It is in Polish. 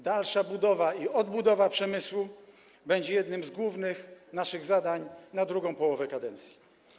Dalsza budowa i odbudowa przemysłu będzie jednym z naszych głównych zadań na drugą połowę kadencji.